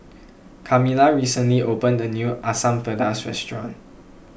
Kamilah recently opened a new Asam Pedas restaurant